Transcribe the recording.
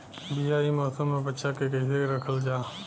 बीया ए मौसम में बचा के कइसे रखल जा?